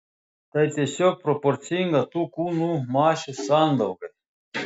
tai tiesiog proporcinga tų kūnų masių sandaugai